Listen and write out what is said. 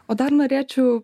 o dar norėčiau